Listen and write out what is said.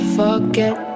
forget